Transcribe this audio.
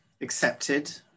accepted